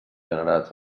generats